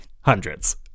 hundreds